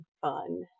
fun